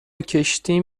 کشتیم